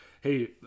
hey